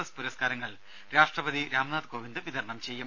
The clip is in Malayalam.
എസ് പുരസ്കാരങ്ങൾ രാഷ്ട്രപതി രാംനാഥ് കോവിന്ദ് വിതരണം ചെയ്യും